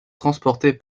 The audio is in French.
transportées